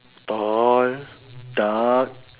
tall dark